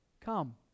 Come